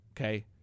okay